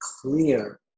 clear